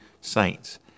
saints